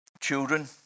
children